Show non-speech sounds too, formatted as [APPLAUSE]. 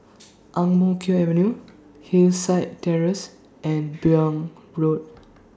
[NOISE] Ang Mo Kio Avenue Hillside Terrace and [NOISE] Buyong Road